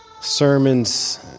sermons